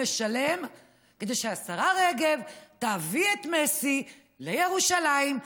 משלם כדי שהשרה רגב תביא את מסי לירושלים,